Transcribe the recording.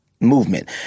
movement